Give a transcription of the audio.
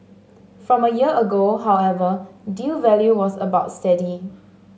from a year ago however deal value was about steady